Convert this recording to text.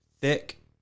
thick